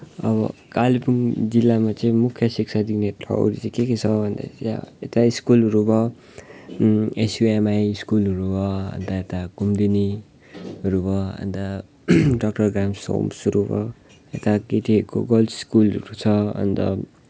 अब कालिम्पोङ जिल्लामा चाहिँ मुख्य शिक्षा दिने ठाउँहरू चाहिँ के के छ भन्दाखेरि यता स्कुलहरू भयो एसयुएमआई स्कुल भयो अन्त यता कुमुदिनीहरू भयो अन्त डक्टर ग्राहम्स होम्सहरू भयो यता केटीहरूको गर्ल्स स्कुलहरू छ अन्त